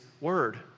Word